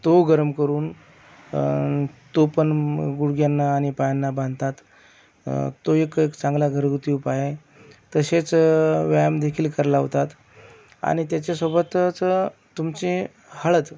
तो गरम करून तो पण गुडघ्यांना आणि पायांना बांधतात तो एक चांगला घरगुती उपाय आहे तसेच व्यायाम देखील कराला लावतात आणि त्याच्यासोबतच तुमची हळद